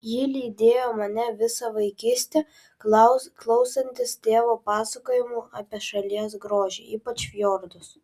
ji lydėjo mane visą vaikystę klausantis tėvo pasakojimų apie šalies grožį ypač fjordus